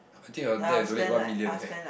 I think our dad will donate one million eh